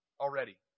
already